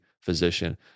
physician